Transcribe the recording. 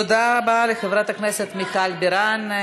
תודה רבה לחברת הכנסת מיכל בירן.